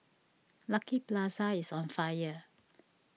Lucky Plaza is on fire